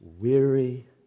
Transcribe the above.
Weary